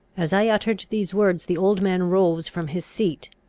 as i uttered these words the old man rose from his seat.